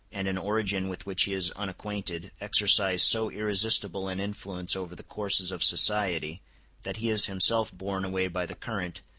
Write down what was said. and an origin with which he is unacquainted, exercise so irresistible an influence over the courses of society that he is himself borne away by the current,